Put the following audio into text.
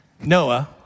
Noah